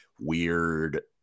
weird